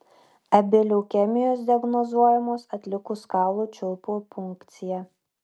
abi leukemijos diagnozuojamos atlikus kaulų čiulpų punkciją